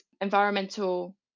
environmental